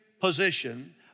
position